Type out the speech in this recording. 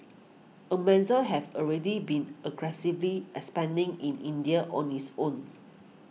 Amazon has already been aggressively expanding in India on its own